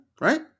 right